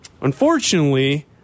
Unfortunately